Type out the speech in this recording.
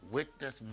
Witness